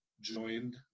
Joined